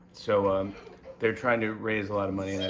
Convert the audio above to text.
so um they're trying to raise a lot of money, and i